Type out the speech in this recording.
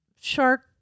shark